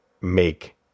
make